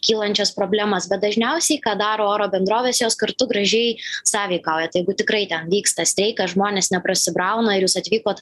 kylančias problemas bet dažniausiai ką daro oro bendrovės jos kartu gražiai sąveikauja tai jeigu tikrai ten vyksta streikas žmonės neprasibrauna ir jūs atvykot